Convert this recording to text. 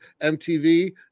MTV